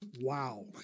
Wow